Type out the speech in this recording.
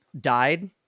died